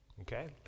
Okay